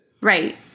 Right